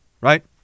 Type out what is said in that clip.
right